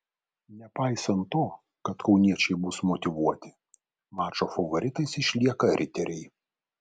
nepaisant to kad kauniečiai bus motyvuoti mačo favoritais išlieka riteriai